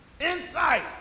insight